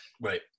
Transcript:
Right